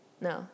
No